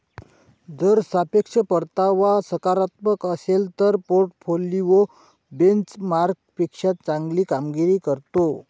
जर सापेक्ष परतावा सकारात्मक असेल तर पोर्टफोलिओ बेंचमार्कपेक्षा चांगली कामगिरी करतो